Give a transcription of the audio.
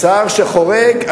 שר שחורג,